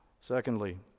Secondly